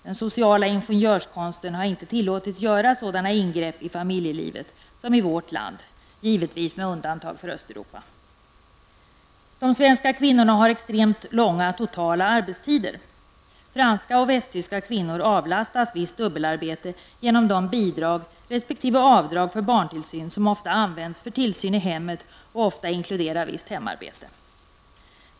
Den sociala ingenjörskonsten har inte tillåtits göra sådana ingrepp i familjelivet som i vårt land; givetvis med undantag för Östeuropa. De svenska kvinnorna har extremt långa totala arbetstider. Franska och västtyska kvinnor avlastas visst dubbelarbete genom de bidrag resp.avdrag för barntillsyn som ofta används för tillsyn i hemmet. Här inkluderas vanligen visst hemarbete.